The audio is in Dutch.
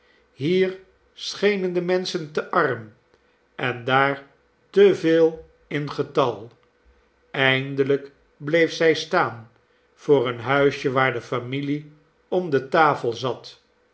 hier schenen de menschen te arm en daar te veel in getal eindelijk bleef zij staan voor een huisje waar de familie om de tafel zat